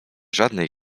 żadnej